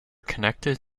connected